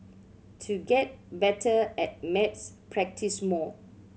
to get better at maths practise more